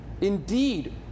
indeed